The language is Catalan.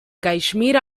caixmir